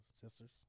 sisters